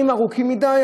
אם ארוכים מדי,